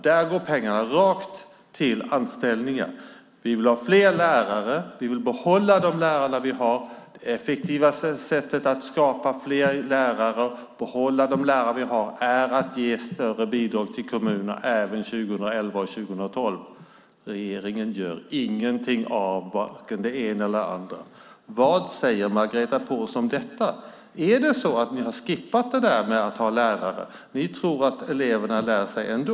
Där går pengarna direkt till anställningar. Vi vill ha fler lärare. Vi vill behålla de lärare vi har. Det effektivaste sättet att få fram fler lärare och behålla dem vi har är att ge större bidrag till kommunerna även 2011 och 2012. Regeringen gör ingenting, varken det ena eller det andra. Vad säger Margareta Pålsson om detta? Har ni skippat frågan om att vi ska ha lärare? Ni tycks tro att eleverna lär sig ändå.